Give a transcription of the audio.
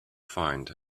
find